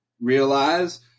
realize